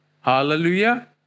Hallelujah